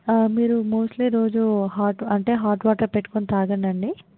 మీరు మోస్ట్లీ రోజు హాట్ అంటే హాట్ వాటర్ పెట్టుకుని తాగండి అండి